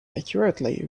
accurately